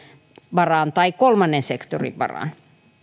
varaan tai kolmannen sektorin varaan